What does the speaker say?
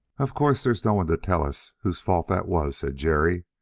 of course there's no one to tell us whose fault that was, said jerry,